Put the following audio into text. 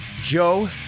Joe